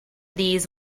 these